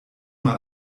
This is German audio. mal